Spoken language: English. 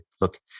look